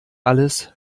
alles